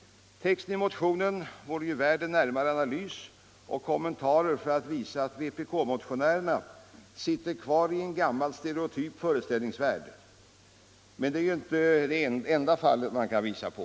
Texten i motionen vore värd en närmare analys och kommentar för att visa att vpk-motionärerna sitter kvar i en gammal stereotyp föreställningsvärld. Men det är ju i så fall inte det enda område som man kan visa på.